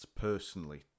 personally